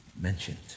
mentioned